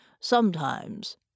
Sometimes